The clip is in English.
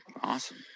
Awesome